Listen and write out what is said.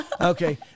Okay